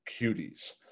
Cuties